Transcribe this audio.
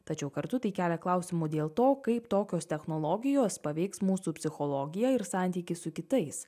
tačiau kartu tai kelia klausimų dėl to kaip tokios technologijos paveiks mūsų psichologiją ir santykį su kitais